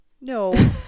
No